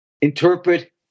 interpret